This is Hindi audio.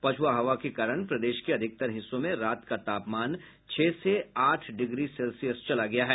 पछ्वा हवा के कारण प्रदेश के अधिकतर हिस्सों में रात का तापमान छह से आठ डिग्री सेल्सियस चला गया है